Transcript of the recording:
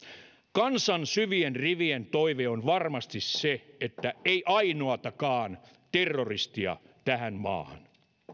kansan syvien rivien toive on varmasti se että ei ainoatakaan terroristia tähän maahan